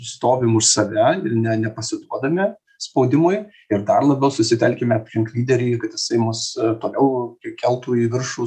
stovim už save ir nepasiduodame spaudimui ir dar labiau susitelkime aplink lyderį kad jisai mus toliau keltų į viršų